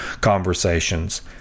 conversations